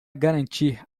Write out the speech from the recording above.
garantir